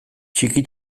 txiki